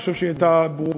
אני חושב שהיא הייתה ברורה,